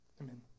amen